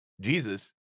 Jesus